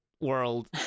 world